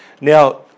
Now